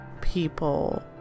people